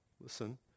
Listen